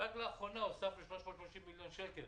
רק לאחרונה הוספנו 330 מיליון שקלים